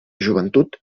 joventut